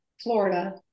Florida